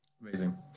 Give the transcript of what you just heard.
Amazing